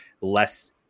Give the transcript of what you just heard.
less